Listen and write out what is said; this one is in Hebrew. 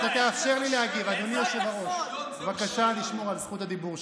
אתה מסכים למה שהיה בוועדת הכספים?